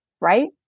right